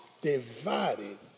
divided